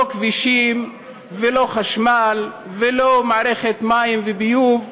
לא כבישים ולא חשמל ולא מערכת מים וביוב.